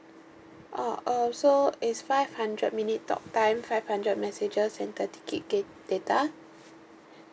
oh uh so is five hundred minute talk time five hundred messages and thirty gig ga~ data